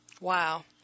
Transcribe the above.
Wow